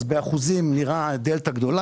באחוזים נראתה דלתא גדולה.